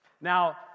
Now